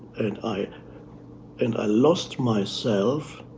and i and i lost myself